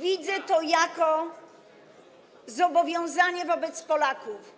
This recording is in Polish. Widzę to jako zobowiązanie wobec Polaków,